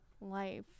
life